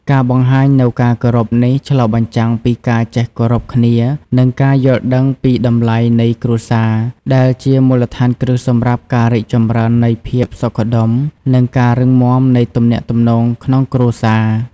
ការបង្ហាញនូវការគោរពនេះឆ្លុះបញ្ចាំងពីការចេះគោរពគ្នា និងការយល់ដឹងអំពីតម្លៃនៃគ្រួសារ ដែលជាមូលដ្ឋានគ្រឹះសម្រាប់ការរីកចម្រើននៃភាពសុខដុម និងការរឹងមាំនៃទំនាក់ទំនងក្នុងគ្រួសារ។